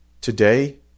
today